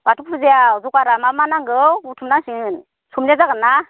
बाथौ फुजायाव जगारा मा मा नांगौ बुथुमनांसिगोन समनिया जागोनना